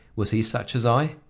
was he such as i?